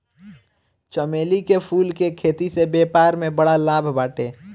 चमेली के फूल के खेती से व्यापार में बड़ा लाभ बाटे